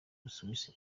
busuwisi